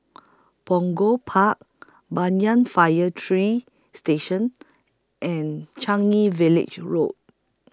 Punggol Park Banyan Fire three Station and Changi Village Road